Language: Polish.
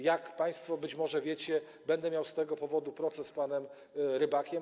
Jak państwo być może wiecie, będę miał z tego powodu proces z panem Rybakiem.